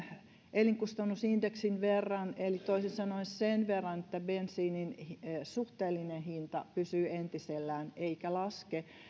elinkustannusindeksin verran eli toisin sanoen sen verran että bensiinin suhteellinen hinta pysyy entisellään eikä laske